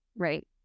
Right